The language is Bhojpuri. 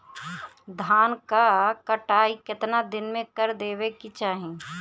धान क कटाई केतना दिन में कर देवें कि चाही?